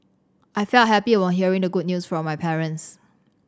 I felt happy upon hearing the good news from my parents